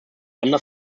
under